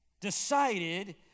decided